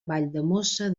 valldemossa